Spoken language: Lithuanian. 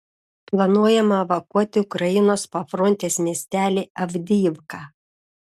planuojama evakuoti ukrainos pafrontės miestelį avdijivką